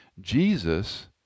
Jesus